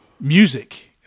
music